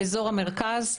באזור המרכז,